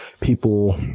people